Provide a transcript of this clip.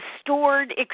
stored